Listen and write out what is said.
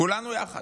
כולנו יחד.